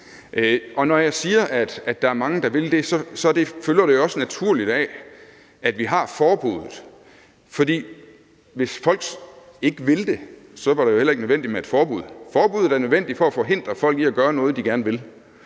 Når jeg siger, at der er mange, der vil det, så følger også naturligt deraf, at vi har forbuddet, for hvis folk ikke ville det, var det jo heller ikke nødvendigt med et forbud. Forbuddet er nødvendigt for at forhindre folk i at gøre noget, de gerne vil,